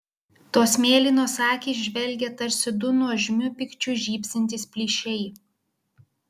tos mėlynos akys žvelgė tarsi du nuožmiu pykčiu žybsintys plyšiai